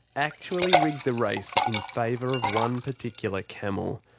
actually rig the race in favour of one particular camel?